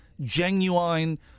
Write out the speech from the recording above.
genuine